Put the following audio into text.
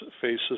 faces